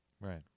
Right